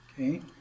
Okay